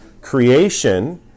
creation